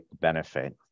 benefit